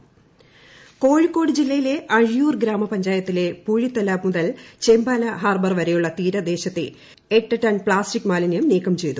കോഴിക്കോട് മാലിന്യ നിർമ്മാർജ്ജനം കോഴിക്കോട് ജില്ലയിലെ അഴിയൂർ ഗ്രാമപഞ്ചായത്തിലെ പൂഴിത്തല മുതൽ ചോമ്പാല ഹാർബർ വരെയുള്ള തീരദേശത്തെ എട്ട് ടൺ പ്ലാസ്റ്റിക് മാലിന്യം നീക്കം ചെയ്തു